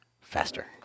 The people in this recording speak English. faster